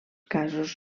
casos